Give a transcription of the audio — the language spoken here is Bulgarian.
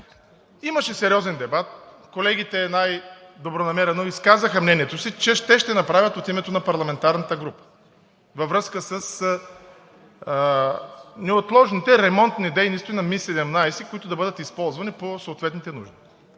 Имаше сериозен дебат и колегите най добронамерено изказаха мнението си, че ще го направят от името на парламентарната група във връзка с неотложните ремонтни дейности на МиГ-17, които да бъдат използвани по съответните нужди.